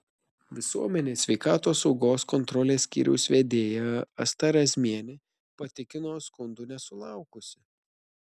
visuomenės sveikatos saugos kontrolės skyriaus vedėja asta razmienė patikino skundų nesulaukusi